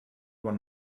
one